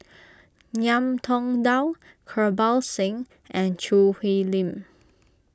Ngiam Tong Dow Kirpal Singh and Choo Hwee Lim